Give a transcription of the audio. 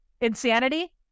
Insanity